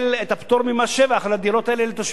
הדירות האלה לתושבי חוץ שמחזיקים דירות רפאים.